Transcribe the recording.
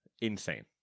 Insane